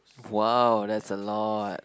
!wow! that's a lot